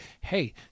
hey